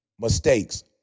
mistakes